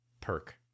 perk